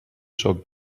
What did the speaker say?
sóc